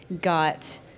got